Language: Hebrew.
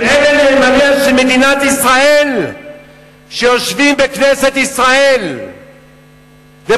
אם אלה נאמניה של מדינת ישראל שיושבים בכנסת ישראל ופותחים